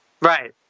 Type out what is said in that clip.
right